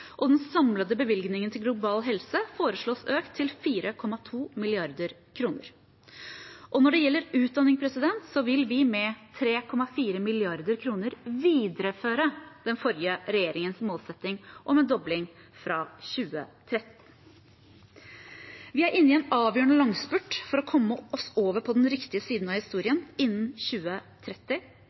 og den samlede bevilgningen til global helse foreslås økt til 4,2 mrd. kr. Når det gjelder utdanning, vil vi med 3,4 mrd. kr videreføre den forrige regjeringens målsetting om en dobling fra 2013. Vi er inne i en avgjørende langspurt for å komme oss over på den riktige siden av historien innen 2030.